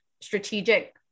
strategic